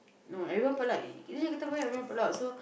no everyone pot luck is it comfortable if everyone pot luck so